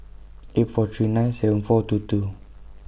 eight four three nine seven four two two